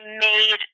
made